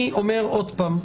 אני אומר עוד פעם,